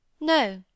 No